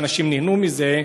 ואנשים נהנו מזה,